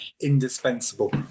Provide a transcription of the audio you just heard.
indispensable